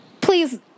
please